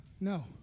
No